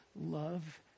love